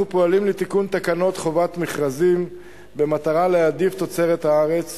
אנחנו פועלים לתיקון תקנות חובת המכרזים במטרה להעדיף תוצרת הארץ,